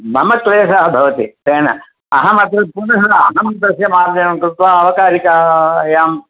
मम क्लेशः भवति तेन अहम् अत्र पुनः अहं तस्य मार्जनं कृत्वा अवकरिकायां